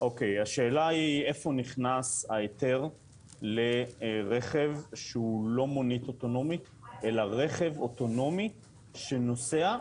איפה נכנס ההיתר לרכב שהוא לא מונית אוטונומית אלא רכב אוטונומי שנוסע,